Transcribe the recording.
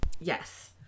Yes